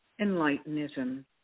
Enlightenism